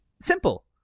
Simple